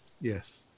Yes